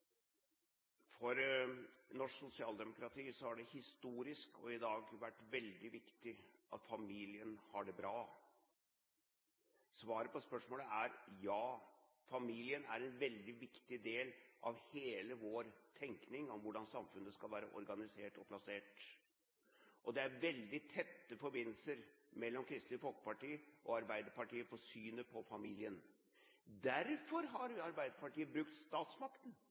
For det norske sosialdemokratiet har det historisk, og i dag, vært veldig viktig at familien har det bra. Svaret på spørsmålet er ja, familien er en veldig viktig del av hele vår tenkning om hvordan samfunnet skal være organisert og plassert, og det er veldig tette forbindelser mellom Kristelig Folkeparti og Arbeiderpartiet i synet på familien. Derfor har jo Arbeiderpartiet brukt statsmakten